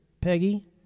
Peggy